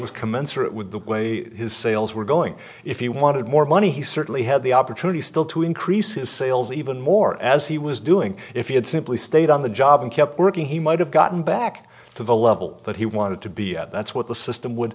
was commensurate with the way his sales were going if he wanted more money he certainly had the opportunity still to increase his sales even more as he was doing if he had simply stayed on the job and kept working he might have gotten back to the level that he wanted to be at that's what the system would